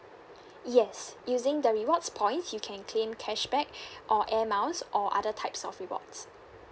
yes using the rewards points you can claim cashback or air miles or other types of rewards